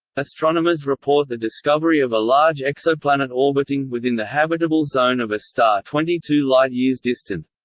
astronomers report the discovery of a large exoplanet orbiting within the habitable zone of a star twenty two light-years distant.